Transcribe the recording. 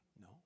No